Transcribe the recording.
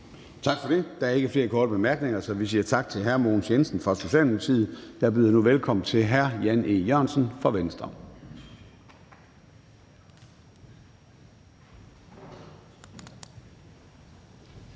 Tak for det. Der er ikke flere korte bemærkninger, så vi siger tak til hr. Mogens Jensen fra Socialdemokratiet. Jeg byder nu velkommen til hr. Jan E. Jørgensen fra Venstre.